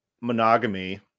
monogamy